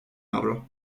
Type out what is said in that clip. avro